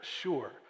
sure